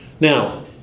Now